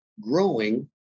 growing